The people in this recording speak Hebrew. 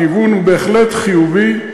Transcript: הכיוון הוא בהחלט חיובי,